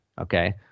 okay